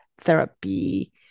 therapy